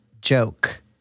joke